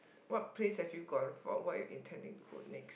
what place have you gone for what you intend to go next